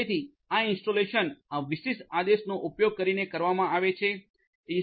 તેથી આ ઇન્સ્ટોલેશન આ વિશિષ્ટ આદેશનો ઉપયોગ કરીને કરવામાં આવે છે install